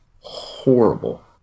horrible